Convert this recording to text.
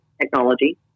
technology